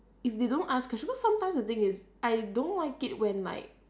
if they don't ask question cause sometimes it's I don't like it when like